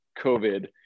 covid